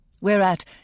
whereat